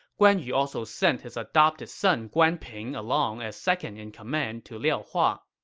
guan yu also sent his adopted son guan ping along as second-in-command to liao hua.